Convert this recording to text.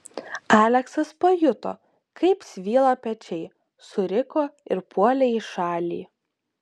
aleksas pajuto kaip svyla pečiai suriko ir puolė į šalį